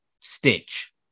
Stitch